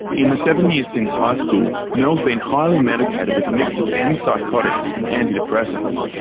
in the seven years since high school, mel's been highly medicated with a mix of antipsychotics and antidepressants.